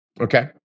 Okay